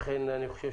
לכן, אני חושב